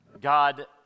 God